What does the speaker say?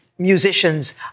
musicians